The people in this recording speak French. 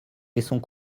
laissons